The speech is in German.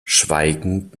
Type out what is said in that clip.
schweigend